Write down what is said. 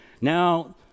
now